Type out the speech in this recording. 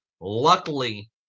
Luckily